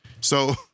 So-